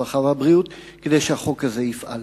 הרווחה והבריאות כדי שהחוק הזה יפעל.